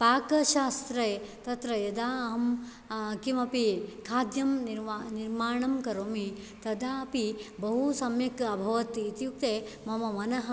पाकशास्त्रे तत्र यदा अहं किमपि खाद्यं निर्मा निर्माणं करोमि तदापि बहु सम्यक् अभवत् इत्युक्ते मम मनः